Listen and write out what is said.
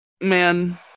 Man